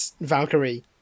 Valkyrie